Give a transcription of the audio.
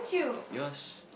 because